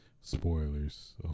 spoilers